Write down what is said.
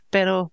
Pero